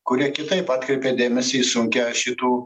kurie kitaip atkreipė dėmesį į sunkią šitų